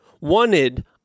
wanted